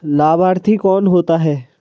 लाभार्थी कौन होता है?